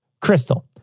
Crystal